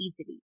easily